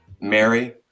Mary